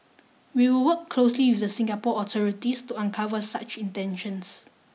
we will work closely with the Singapore authorities to uncover such intentions